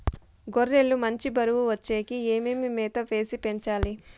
గొర్రె లు మంచి బరువు వచ్చేకి ఏమేమి మేత వేసి పెంచాలి?